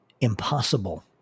impossible